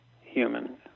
human